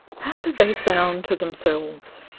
how did they sound to themselves?